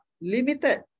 limited